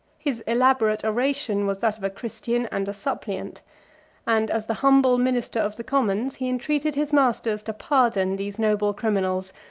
his elaborate oration was that of a christian and a suppliant and, as the humble minister of the commons, he entreated his masters to pardon these noble criminals,